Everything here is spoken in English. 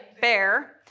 bear